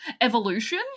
Evolution